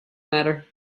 matter